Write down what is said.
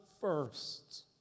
first